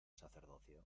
sacerdocio